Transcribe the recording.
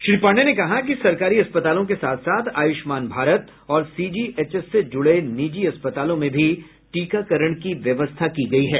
श्री पांडेय ने कहा कि सरकारी अस्पतालों के साथ साथ आयुष्मान भारत और सीजीएचएस से जुड़े निजी अस्पतालों में भी टीकाकरण की व्यवस्था की गयी है